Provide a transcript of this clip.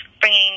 bringing